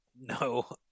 No